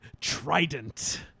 trident